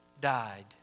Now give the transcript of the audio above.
died